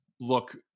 look